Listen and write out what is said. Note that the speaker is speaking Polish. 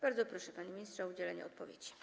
Bardzo proszę, panie ministrze, o udzielenie odpowiedzi.